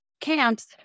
camps